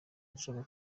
nshaka